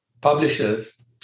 Publishers